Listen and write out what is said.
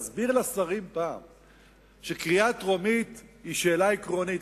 תסביר פעם לשרים שקריאה טרומית היא שאלה עקרונית,